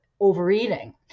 overeating